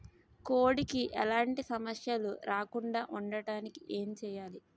కోడి కి ఎలాంటి సమస్యలు రాకుండ ఉండడానికి ఏంటి చెయాలి?